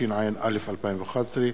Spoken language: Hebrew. התשע"א 2011,